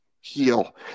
heal